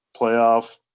playoff